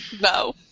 No